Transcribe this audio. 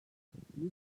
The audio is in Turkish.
bir